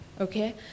okay